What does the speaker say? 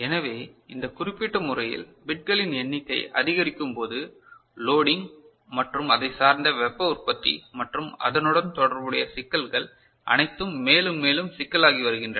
எனவே இந்த குறிப்பிட்ட முறையில் பிட்களின் எண்ணிக்கை அதிகரிக்கும் போது லோடிங் மற்றும் அதை சார்ந்த வெப்ப உற்பத்தி மற்றும் அதனுடன் தொடர்புடைய சிக்கல்கள் அனைத்தும் மேலும் மேலும் சிக்கலாகி வருகின்றன